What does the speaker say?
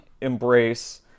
embrace